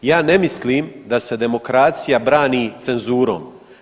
Ja ne mislim da se demokracija brani cenzurom.